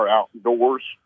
Outdoors